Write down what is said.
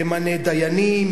ימנה דיינים,